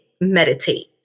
meditate